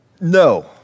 No